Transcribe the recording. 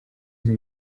izi